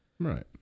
Right